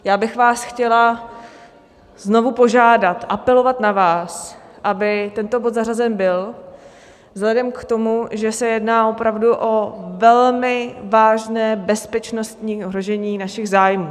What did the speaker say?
Já bych vás chtěla znovu požádat, apelovat na vás, aby tento bod byl zařazen vzhledem k tomu, že se jedná opravdu o velmi vážné bezpečnostní ohrožení našich zájmů.